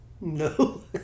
No